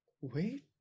Wait